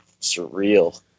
surreal